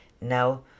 Now